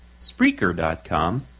Spreaker.com